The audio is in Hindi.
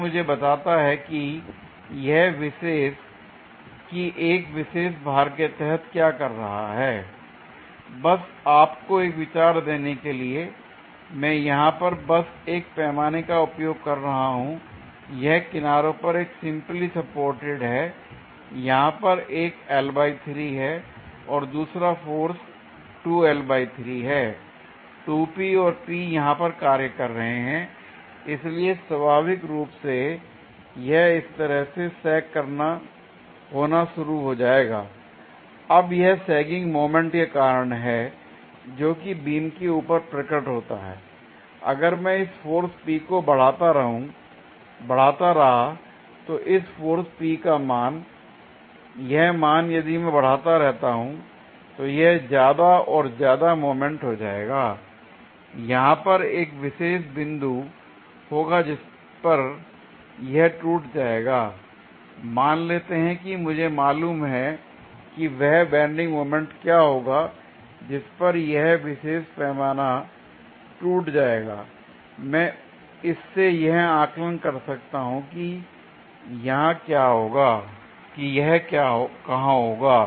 यह मुझे बताता है कि यह विशेष की एक विशेष भार के तहत क्या कर रहा है l बस आपको एक विचार देने के लिए मैं यहां पर बस एक पैमाने का उपयोग कर रहा हूं l यह किनारों पर एक सिंपली सपोर्टेड है यहां पर एक बल और दूसरा फोर्स है 2P और P यहां पर कार्य कर रहे हैं l इसलिए स्वाभाविक रूप से यह इस तरह से सैग होना शुरू हो जाएगा l अब यह सैगिंग मोमेंट के कारण हैं जोकि बीम के ऊपर प्रकट होता है l अगर मैं इस फोर्स P को बढ़ाता रहा तो इस फोर्स P का मान यह मान यदि मैं बढ़ाता रहता हूं तो यह ज्यादा और ज्यादा और ज्यादा मोमेंट हो जाएगा l यहां पर एक विशेष बिंदु होगा जिस पर यह टूट जाएगा l मान लेते हैं कि मुझे मालूम है की वह बैंडिंग मोमेंट क्या होगा जिस पर यह विशेष पैमाना टूट जाएगा मैं इससे यह आकलन कर सकता हूं की यह कहां होगा